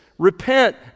Repent